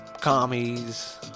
commies